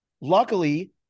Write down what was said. Luckily